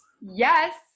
Yes